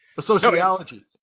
sociology